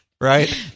right